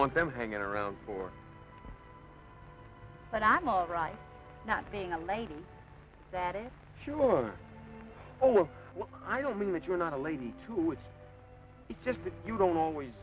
want them hanging around for but i'm all right not being a lady that it sure i don't mean that you're not a lady too it's just that you don't always